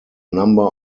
number